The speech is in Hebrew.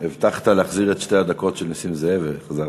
הבטחת להחזיר את שתי הדקות של נסים זאב והחזרת.